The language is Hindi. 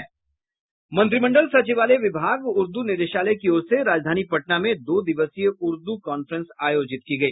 मंत्रिमंडल सचिवालय विभाग उर्दू निदेशालय की ओर से राजधानी पटना में दो दिवसीय उर्दू कॉन्फ्रेंस आयोजित की गई